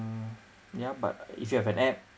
mm yeah but if you have an app